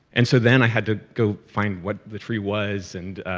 and so then, i had to go find what the tree was, and